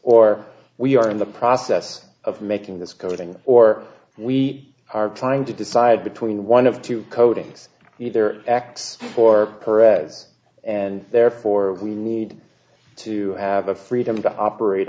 or we are in the process of making this coding or we are trying to decide between one of two coatings either x or per ads and therefore we need to have a freedom to operate